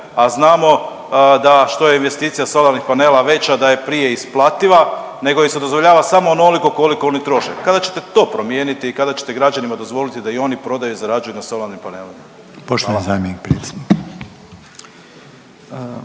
a znamo da što je investicija solarnih panela veća, da je prije isplativa nego im se dozvoljava samo onoliko koliko oni troši. Kada ćete to promijeniti i kada ćete građanima dozvoliti da i oni prodaju i zarađuju na solarnim panelima.